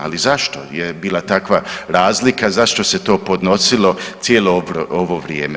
Ali zašto je bila takva razlika, zašto se to podnosila cijelo ovo vrijeme?